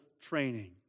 training